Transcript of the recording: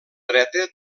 dreta